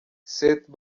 seth